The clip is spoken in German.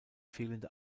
fehlende